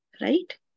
Right